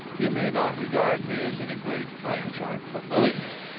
you may not regard me as any great brain-shark, but believe me,